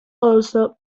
also